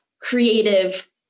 creative